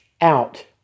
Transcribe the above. out